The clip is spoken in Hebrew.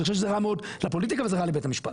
אני חושב שזה רע מאוד לפוליטיקה וזה רע לבית המשפט,